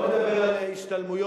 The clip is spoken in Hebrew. לא מדבר על השתלמויות.